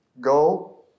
Go